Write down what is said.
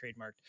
trademarked